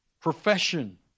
profession